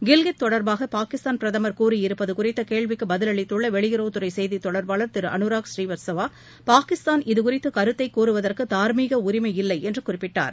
கில்கித் தொடர்பாக பாகிஸ்தான பிரதமர் கூறியிருப்பது குறித்த கேள்விக்குப் பதிலளித்துள்ள வெளியுறவுத் துறை செய்தித் தொடர்பாளர் திரு அனுராக் ஸ்ரீவத்ஸவா பாகிஸ்தான் இது குறித்து கருத்தைக் கூறுவதற்கு தார்மீக உரிமையில்லை என்று குறிப்பிட்டார்